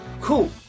cool